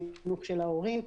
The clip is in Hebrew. חינוך של ההורים,